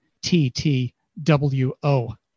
TTWO